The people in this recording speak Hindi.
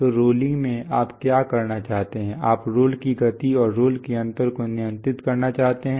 तो रोलिंग में आप क्या करना चाहते हैं आप रोल की गति और रोल के अंतराल को नियंत्रित करना चाहते हैं